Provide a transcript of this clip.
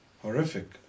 horrific